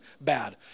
bad